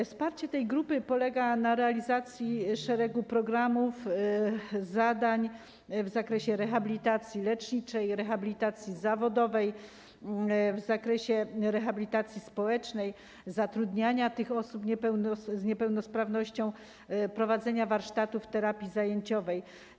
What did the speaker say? Wsparcie tej grupy polega na realizacji szeregu programów, zadań w zakresie rehabilitacji leczniczej, rehabilitacji zawodowej, w zakresie rehabilitacji społecznej, zatrudniania osób z niepełnosprawnością, prowadzenia warsztatów terapii zajęciowej.